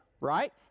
right